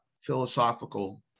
philosophical